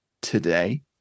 today